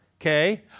okay